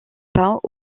pas